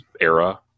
era